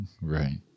right